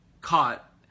caught